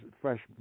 fresh